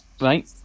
right